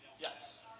Yes